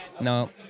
No